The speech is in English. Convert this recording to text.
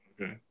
Okay